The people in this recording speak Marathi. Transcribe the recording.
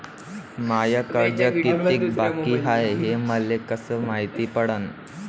माय कर्ज कितीक बाकी हाय, हे मले कस मायती पडन?